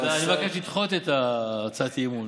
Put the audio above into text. אני מבקש לדחות את הצעת האי-אמון,